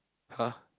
!huh!